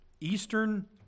Eastern